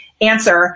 answer